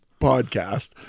podcast